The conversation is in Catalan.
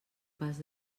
pas